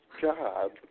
job